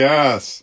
Yes